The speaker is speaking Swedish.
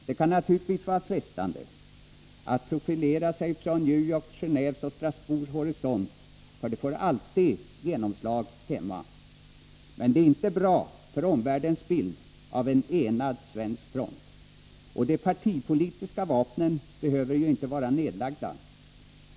Det kan naturligtvis vara frestande att profilera sig från New Yorks, Genéves eller Strasbourgs horisont, för det får alltid genomslag hemma. Men det är inte bra, om man vill att omvärlden skall kunna bevara bilden av en enad svensk front. De partipolitiska vapnen behöver ju inte vara nedlagda.